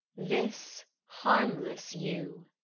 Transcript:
this harmless yew